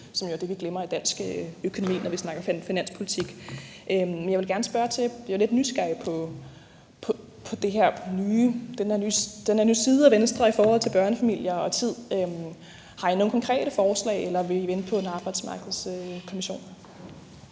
som jo er det, vi glemmer i dansk økonomi, når vi snakker finanspolitik. Jeg vil gerne spørge til noget, for jeg bliver jo lidt nysgerrig på den her nye side af Venstre i forhold til børnefamilier og tid: Har I nogle konkrete forslag, eller vil I vente på en arbejdsmarkedskommission?